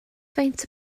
faint